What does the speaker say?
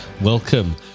welcome